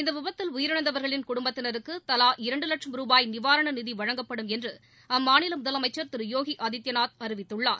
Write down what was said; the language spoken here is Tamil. இந்த விபத்தில் உயிரிழந்தவர்களின் குடும்பத்தினருக்கு தலா இரண்டு லட்சம் ரூபாய் நிவாரண நிதி வழங்கப்படும் என்று அம்மாநில முதலமைச்சர் திரு யோகி ஆதித்யநாத் அறிவித்துள்ளார்